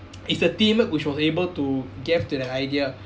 it's a team which was able to gave to that idea